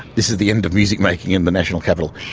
this is the end of music-making in the national capital'